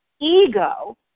ego